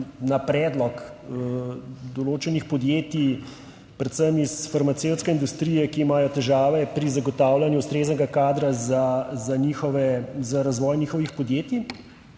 na predlog določenih podjetij, predvsem iz farmacevtske industrije, ki imajo težave pri zagotavljanju ustreznega kadra za razvoj njihovih podjetij.